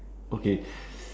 okay